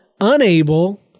unable